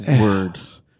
words